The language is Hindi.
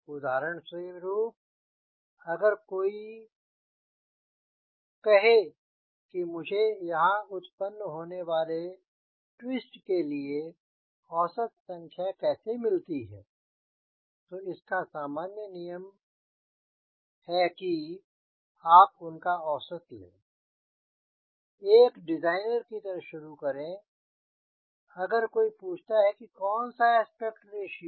उदाहरण स्वरूप अगर कोई कहे कि मुझे वहाँ उत्पन्न होने वाले ट्विस्ट के लिए औसत संख्या कैसे मिलती है तो इसका सामान्य नियम है कि आप उनका औसत लें एक डिज़ाइनर की तरह शुरू करें अगर कोई पूछता है कौन सा एस्पेक्ट रेशियो